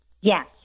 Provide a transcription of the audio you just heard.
Yes